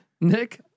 Nick